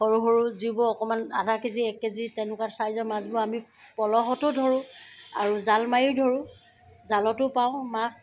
সৰু সৰু যিবোৰ অকণমান আধা কেজি এক কেজি তেনেকুৱা চাইজৰ মাছবোৰ আমি পলহতো ধৰোঁ আৰু জাল মাৰিও ধৰোঁ জালতো পাওঁ মাছ